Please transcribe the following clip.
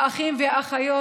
האחים והאחיות,